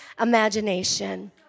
imagination